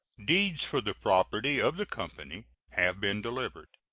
deeds for the property of the company have been delivered.